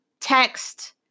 text